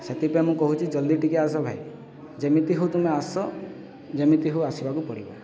ସେଥିପାଇଁ ମୁଁ କହୁଛି ଜଲ୍ଦି ଟିକେ ଆସ ଭାଇ ଯେମିତି ହଉ ତୁମେ ଆସ ଯେମିତି ହଉ ଆସିବାକୁ ପଡ଼ିବ